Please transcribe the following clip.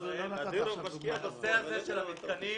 הנושא הזה של המתקנים